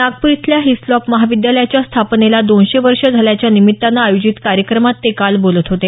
नागपूर इथल्या हिस्लॉप महाविद्यालयाच्या स्थापनेला दोनशे वर्षं झाल्याच्या निमित्तानं कार्यक्रमात ते काल बोलत होते